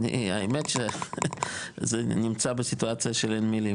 האמת שזה נמצא בסיטואציה של אין מילים,